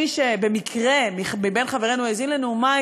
מי מבין חברינו שבמקרה האזין לנאומי